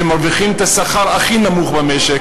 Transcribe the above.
שמרוויחים את השכר הכי נמוך במשק,